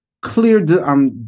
clear